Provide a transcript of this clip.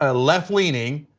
ah left-leaning,